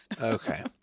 Okay